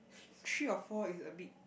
three or four is a bit